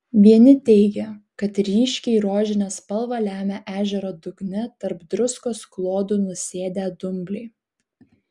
vieni teigė kad ryškiai rožinę spalvą lemia ežero dugne tarp druskos klodų nusėdę dumbliai